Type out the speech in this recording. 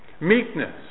Meekness